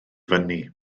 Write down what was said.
fyny